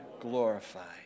glorified